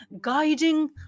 *Guiding